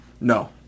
No